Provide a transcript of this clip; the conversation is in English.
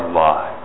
lives